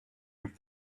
and